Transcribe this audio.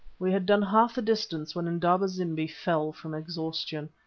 we had done half the distance when indaba-zimbi fell from exhaustion.